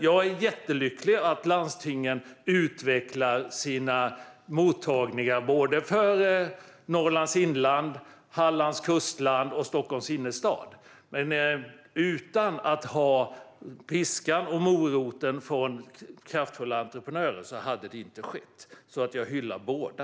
Jag är jättelycklig över att landstingen utvecklar sina mottagningar i Norrlands inland, Hallands kustland och Stockholms innerstad. Men utan piskan och moroten från kraftfulla entreprenörer hade det inte skett. Därför hyllar jag båda.